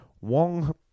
Wong